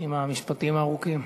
עם המשפטים הארוכים.